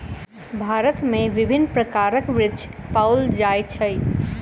भारत में विभिन्न प्रकारक वृक्ष पाओल जाय छै